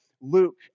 Luke